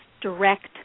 direct